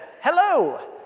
hello